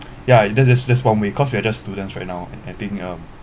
yeah that's that's that's one way cause we are just students right now and I think um